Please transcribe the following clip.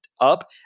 up